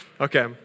okay